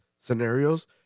scenarios